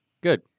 Good